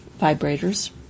vibrators